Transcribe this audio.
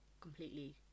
completely